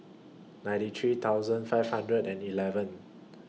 ninety three thousand five hundred and eleven